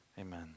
amen